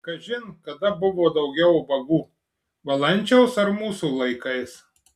kažin kada buvo daugiau ubagų valančiaus ar mūsų laikais